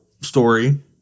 story